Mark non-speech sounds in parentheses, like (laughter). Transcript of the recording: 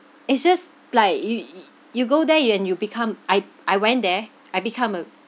it's just like you (noise) you go there you and you become I I went there I become a